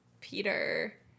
Peter